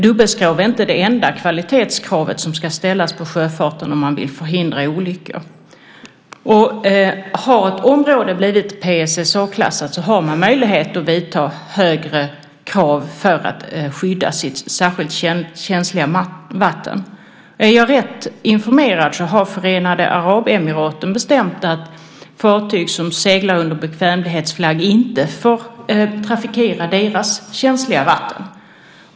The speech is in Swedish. Dubbelskrov är inte det enda kvalitetskrav som ska ställas på sjöfarten om man vill förhindra olyckor. Har ett område blivit PSSA-klassat har man möjlighet att ställa högre krav för att skydda sitt särskilt känsliga vatten. Är jag rätt informerad har Förenade Arabemiraten bestämt att fartyg som seglar under bekvämlighetsflagg inte får trafikera deras känsliga vatten.